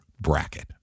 bracket